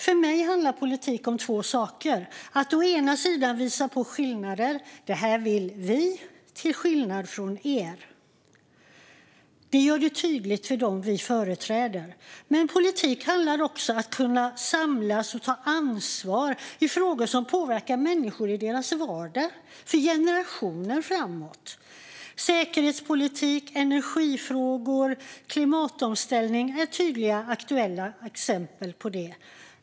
För mig handlar politik om två saker. Å ena sidan handlar det om att visa på skillnader - det här vill vi, till skillnad från er. Det gör det tydligt för dem vi företräder. Å andra sidan handlar politik också om att kunna samlas och ta ansvar i frågor som påverkar människor i deras vardag för generationer framåt. Säkerhetspolitik, energifrågor och klimatomställning är tydliga, aktuella exempel på det.